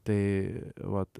tai vat